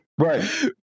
Right